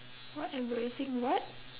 what embarrassing what